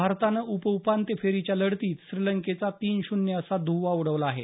भारतानं उपउपांत्य फेरीच्या लढतीत श्रीलंकेचा तीन शून्य असा धुव्वा उडवला आहे